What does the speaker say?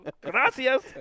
Gracias